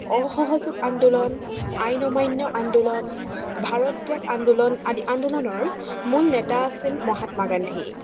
অসহযোগ আন্দোলন আইন অমান্য আন্দোলন ভাৰত ত্যাগ আন্দোলন আদি আন্দোলনৰ মূল নেতা আছিল মহাত্মা গান্ধী